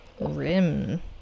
Rim